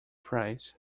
prize